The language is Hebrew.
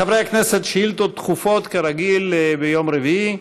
חברי הכנסת, שאילתות דחופות, כרגיל ביום רביעי.